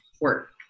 work